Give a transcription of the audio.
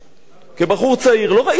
כבחור צעיר, לא ראיתי אותם.